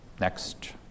next